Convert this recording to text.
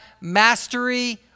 mastery